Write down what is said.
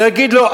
ולהגיד לו,